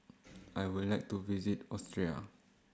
I Would like to visit Austria